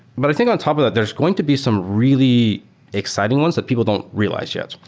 but think on top of that, there's going to be some really exciting ones that people don't realize yet.